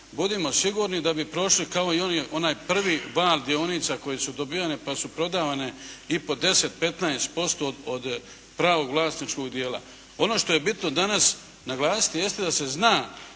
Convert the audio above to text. budimo sigurni da bi prošli kao i onaj prvi val dionica koji su dobivani pa su prodavane i po 10, 15% od pravog vlasničkog dijela. Ono što je bitno danas naglasiti jeste da se zna